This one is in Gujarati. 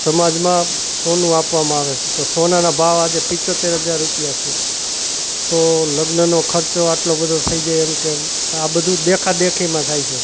સમાજમાં સોનું આપવામાં આવે છે તો સોનાના ભાવ આજે પંચોતેર હજાર રૂપિયા છે તો લગ્નનો ખર્ચો આટલો બધો થઈ જાય એમકે આ બધું દેખાદેખીમાં થાય છે